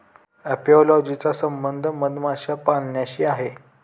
apiology चा संबंध मधमाशा पाळण्याशी आहे